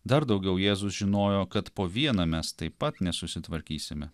dar daugiau jėzus žinojo kad po vieną mes taip pat nesusitvarkysime